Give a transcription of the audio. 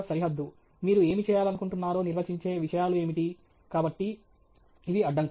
సరిహద్దుమీరు ఏమి చేయాలనుకుంటున్నారో నిర్వచించే విషయాలు ఏమిటి కాబట్టి ఇవి అడ్డంకులు